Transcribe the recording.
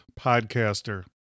Podcaster